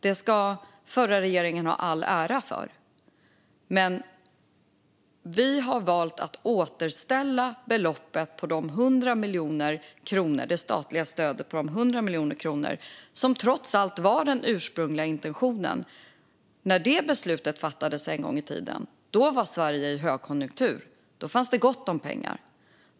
Det ska den förra regeringen ha all ära för. Vi har dock valt att återställa beloppet för det statliga stödet på 100 miljoner kronor, som trots allt var den ursprungliga intentionen. När beslutet om det fattades en gång i tiden befann sig Sverige i högkonjunktur. Då fanns det gott om pengar.